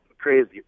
crazy